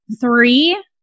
three